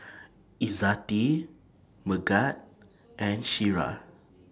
Izzati Megat and Syirah